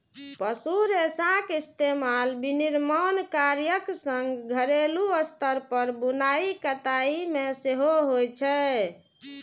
पशु रेशाक इस्तेमाल विनिर्माण कार्यक संग घरेलू स्तर पर बुनाइ कताइ मे सेहो होइ छै